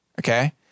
okay